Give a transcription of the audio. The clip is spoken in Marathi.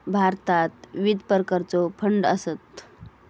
भारतात विविध प्रकारचो फंड आसत